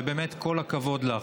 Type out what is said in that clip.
ובאמת כל הכבוד לך,